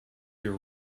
your